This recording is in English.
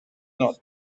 not